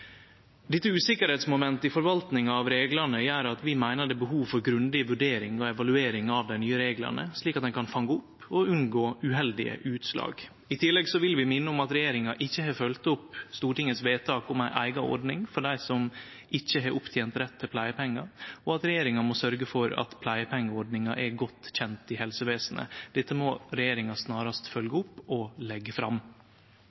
Dette usikkerheitsmomentet i forvaltninga av reglane gjer at vi meiner at det er behov for ei grundig vurdering og evaluering av dei nye reglane, slik at ein kan fange opp og unngå uheldige utslag. I tillegg vil vi minne om at regjeringa ikkje har følgt opp vedtaket i Stortinget om ei eiga ordning for dei som ikkje har opptent rett til pleiepengar, og at regjeringa må sørgje for at pleiepengeordninga er godt kjent i helsevesenet. Dette må regjeringa snarast